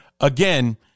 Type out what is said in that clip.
again